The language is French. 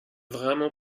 vraiment